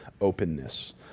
openness